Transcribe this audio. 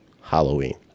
Halloween